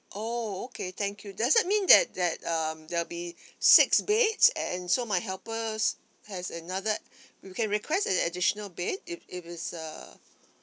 oh okay thank you does that mean that that um there'll be six beds and so my helpers has another we can request an additional bed if if it's err